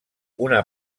una